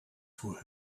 for